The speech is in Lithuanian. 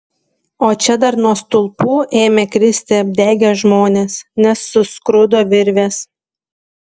o čia dar nuo stulpų ėmė kristi apdegę žmonės nes suskrudo virvės